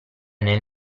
nel